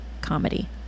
comedy